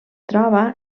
troba